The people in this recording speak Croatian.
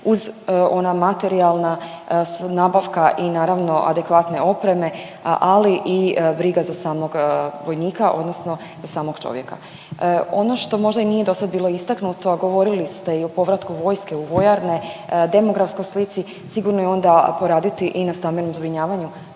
uz ona materijalna, nabavka i naravno adekvatne opreme, ali i briga za samog vojnika odnosno za samog čovjeka. Ono što možda i nije bilo dosad istaknuto, a govorili ste i o povratku vojske u vojarne, demografskoj slici, sigurno je onda i poraditi i na stambenom zbrinjavanju